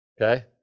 okay